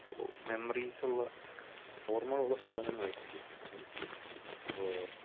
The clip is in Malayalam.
ഓ മെമ്മറീസുള്ള ഓർമ്മകളുള്ള സാധനങ്ങളായിരിക്കുമല്ലേ ഓ